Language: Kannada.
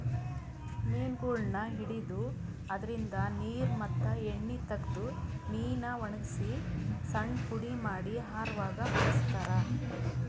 ಮೀನಗೊಳನ್ನ್ ಹಿಡದು ಅದ್ರಿನ್ದ ನೀರ್ ಮತ್ತ್ ಎಣ್ಣಿ ತಗದು ಮೀನಾ ವಣಗಸಿ ಸಣ್ಣ್ ಪುಡಿ ಮಾಡಿ ಆಹಾರವಾಗ್ ಬಳಸ್ತಾರಾ